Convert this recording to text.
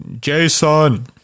Jason